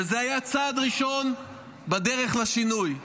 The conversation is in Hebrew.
וזה היה צעד ראשון בדרך לשינוי.